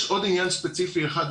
יש עוד עניין ספציפי אחד,